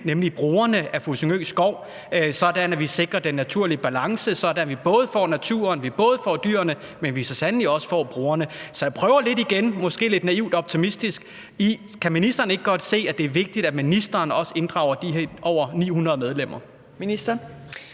nemlig brugerne af skoven ved Fussingø, sådan at vi sikrer den naturlige balance, så vi både får naturen, både får dyrene, men at vi så sandelig også får brugerne. Så jeg prøver igen, måske lidt naivt og optimistisk: Kan ministeren ikke godt se, at det er vigtigt, at ministeren også inddrager de her over 900 medlemmer?